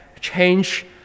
change